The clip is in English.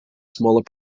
smaller